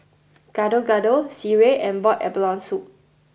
Gado Gado Sireh and Boiled Abalone Soup